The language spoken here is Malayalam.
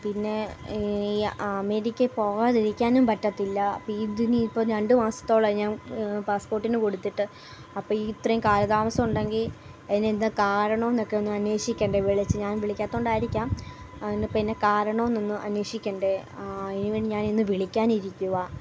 പിന്നെ ഈ അമേരിക്കയിൽ പോകാതിരിക്കാനും പറ്റത്തില്ല ഇപ്പം ഇത് ഇനിയിപ്പം രണ്ടുമാസത്തോളമായി ഞാൻ പാസ്പോർട്ടിന് കൊടുത്തിട്ട് അപ്പം ഈ ഇത്രയും കാലതാമസമുണ്ടെങ്കിൽ അതിന് എന്താണ് കാരണമെന്നൊക്കെ ഒന്ന് അന്വേഷിക്കണ്ടെ വിളിച്ചു ഞാൻ വിളിക്കാത്തത് കൊണ്ടായിരിക്കാം അതിന് പിന്നെ കാരണമെന്ന് ഒന്ന് അന്വേഷിക്കേണ്ടെ അതിനുവേണ്ടി ഞാൻ ഇന്ന് വിളിക്കാൻ ഇരിക്കുവാണ്